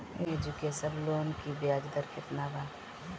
Education loan की ब्याज दर केतना बा?